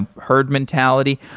and herd mentality.